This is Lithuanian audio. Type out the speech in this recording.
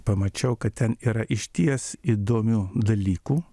pamačiau kad ten yra išties įdomių dalykų